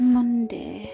Monday